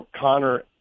Connor